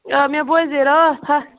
آ مےٚ بوزے راتھ ہتھ